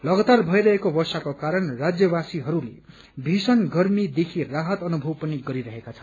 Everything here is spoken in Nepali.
लगतार भइरहेको वर्षाको कारण राज्यवासीहरूले भीषण गर्मदेखि राहत अनुभव पनि गरिरहेका छन्